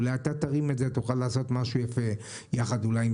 אולי אתה תרים את זה ותוכל לעשות משהו יפה ביחד אולי עם